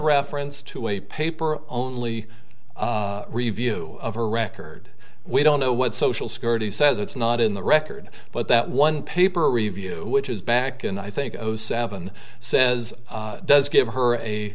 reference to a paper only review of her record we don't know what social security says it's not in the record but that one paper review which is back and i think oh seven says does give her a